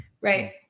Right